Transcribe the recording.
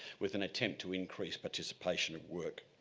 with an attempt to increase participation at work.